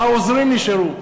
העוזרים נשארו,